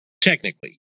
Technically